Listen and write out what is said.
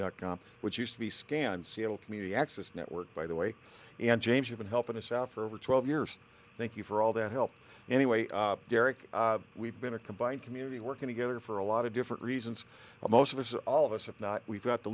dot com which used to be scanned seattle community access network by the way and james you've been helping us out for over twelve years thank you for all that help anyway derek we've been a combined community working together for a lot of different reasons but most of all of us if not we've got the